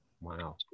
Wow